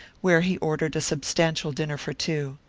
where he ordered a substantial dinner for two.